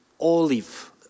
olive